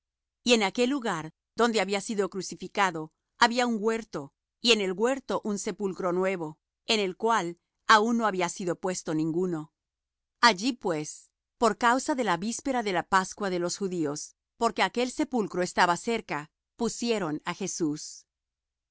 y en aquel lugar donde había sido crucificado había un huerto y en el huerto un sepulcro nuevo en el cual aun no había sido puesto ninguno allí pues por causa de la víspera de la pascua de los judíos porque aquel sepulcro estaba cerca pusieron á jesús y el